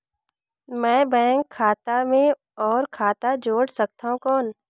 मैं बैंक खाता मे और खाता जोड़ सकथव कौन?